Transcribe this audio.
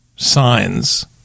signs